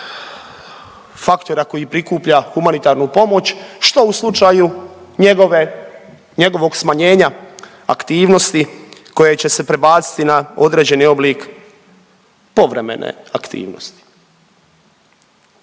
faktora koji prikuplja humanitarnu pomoć, što u slučaju njegove, njegovog smanjenja aktivnosti koje će se prebaciti na određeni oblik povremene aktivnosti?